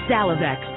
Salivex